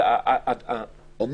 זה לא מיועד לזה.